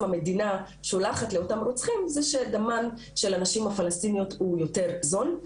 שהמדינה שולחת לאותם רוצחים זה שדמן של הנשים הפלשתינאיות הוא יותר זול.